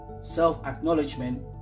Self-acknowledgement